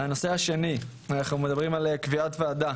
הנושא השני, אנחנו מדברים על קביעת ועדה